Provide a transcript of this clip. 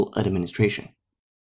administration